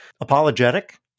apologetic